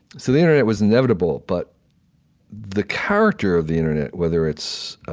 so the internet was inevitable but the character of the internet, whether it's